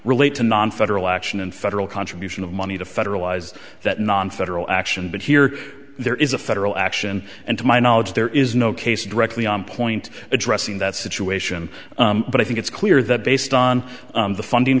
relate to nonfederal action and federal contribution of money to federalize that non federal action but here there is a federal action and to my knowledge there is no case directly on point addressing that situation but i think it's clear that based on the funding